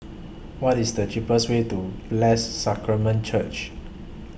What IS The cheapest Way to Blessed Sacrament Church